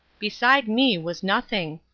beside me was nothing.